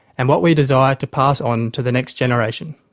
and what we desire to pass on to the next generation.